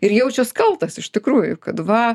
ir jaučias kaltas iš tikrųjų kad va